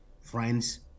friends